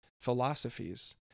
philosophies